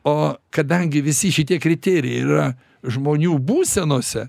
o kadangi visi šitie kriterijai ir yra žmonių būsenose